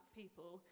people